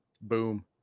Boom